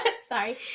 Sorry